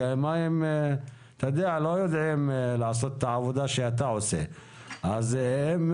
כי המים לא יודעים לעשות את העבודה שאתה עושה אז הם